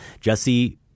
Jesse